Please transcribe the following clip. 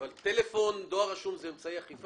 אבל טלפון, דואר רשום זה אמצעי אכיפה?